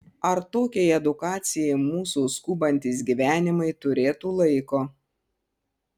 ar tokiai edukacijai mūsų skubantys gyvenimai turėtų laiko